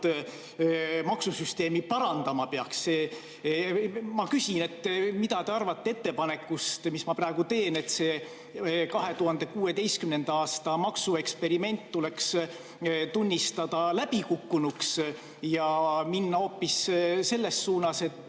maksusüsteemi parandama peaks. Aga mida te arvate ettepanekust, mille ma praegu teen: see 2016. aasta maksueksperiment tuleks tunnistada läbikukkunuks ja minna hoopis selles suunas, et